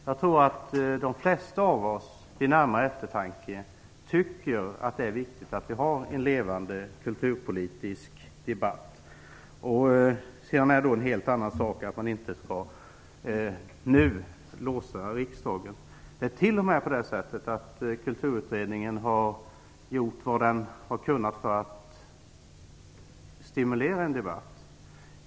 Jag tror att de flesta oss vid närmare eftertanke tycker att det är viktigt att vi har en levande kulturpolitisk debatt. Sedan är det en helt annan sak att man inte nu skall låsa riksdagen. Det är t.o.m. så att Kulturutredningen har gjort vad den kunnat för att stimulera en debatt.